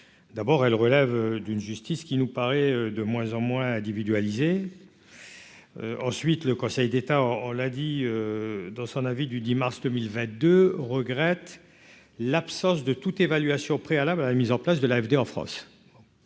d'abord, elle relève d'une justice qui nous paraît de moins en moins individualisé ensuite le Conseil d'État, on l'a dit dans son avis du 10 mars 2022 regrettent l'absence de toute évaluation préalable à la mise en place de la FED en France,